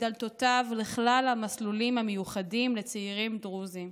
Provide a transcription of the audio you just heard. דלתותיו לכלל המסלולים המיוחדים לצעירים דרוזים,